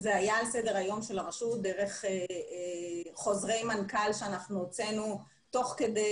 זה היה על סדר היום של הרשות דרך חוזרי מנכ"ל שאנחנו הוצאנו תוך כדי